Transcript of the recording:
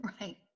right